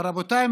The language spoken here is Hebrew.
רבותיי,